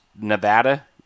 Nevada